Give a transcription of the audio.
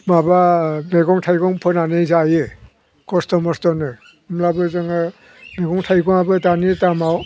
माबा मैगं थाइगं फोनानै जायो खस्त' मस्त'नो होनब्लाबो जोङो मैगं थाइगङाबो दानि दामाव